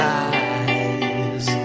eyes